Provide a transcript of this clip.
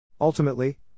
Ultimately